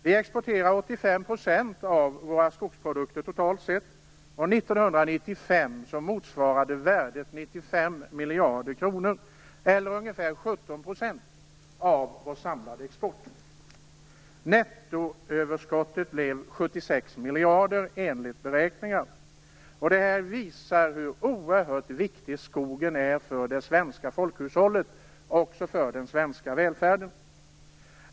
Vi exporterar 85 % av våra skogsprodukter totalt sett, och 1995 motsvarade värdet 95 miljarder kronor, eller ungefär 17 % av vår samlade export. Detta visar hur oerhört viktig skogen är för det svenska folkhushållet och också för den svenska välfärden.